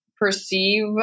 perceive